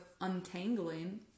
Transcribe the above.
untangling